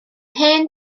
hen